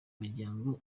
imiryango